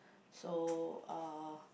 so uh